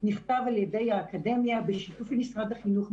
שנכתב על ידי האקדמיה בשיתוף עם משרד החינוך,